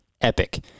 epic